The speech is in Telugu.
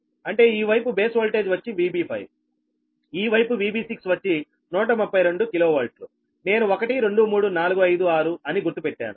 అంటే ఈ వైపు బేస్ ఓల్టేజ్ వచ్చి VB5ఈ వైపు VB6 వచ్చి132 KV నేను 1 2 3 4 5 6 అని గుర్తు పెట్టాను